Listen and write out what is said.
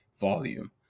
volume